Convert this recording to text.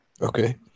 Okay